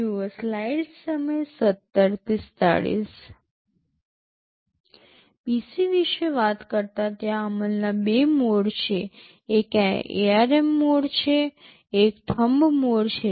PC વિશે વાત કરતાં ત્યાં અમલના બે મોડ છે એક ARM મોડ છે એક થમ્બ મોડ છે